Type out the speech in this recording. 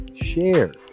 Share